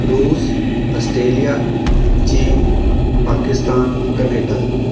ਰੂਸ ਆਸਟ੍ਰੇਲੀਆ ਚੀਨ ਪਾਕਿਸਤਾਨ ਕਨੇਡਾ